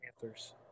Panthers